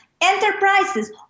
Enterprises